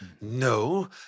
no